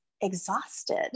exhausted